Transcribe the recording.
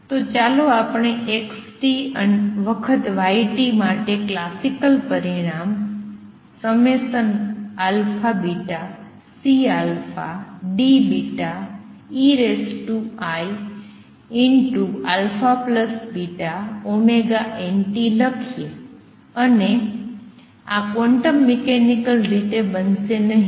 તો ચાલો આપણે x વખત y માટે ક્લાસિકલ પરિણામ αβCDeiαβωnt લખીએ અને આ ક્વોન્ટમ મિકેનિકલ રીતે બનશે નહીં